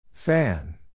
Fan